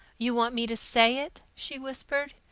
you want me to say it? she whispered.